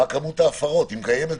מה כמות ההפרות אם קיימת.